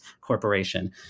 Corporation